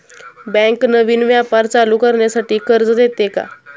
Bank नवीन व्यापार चालू करण्यासाठी कर्ज देते का?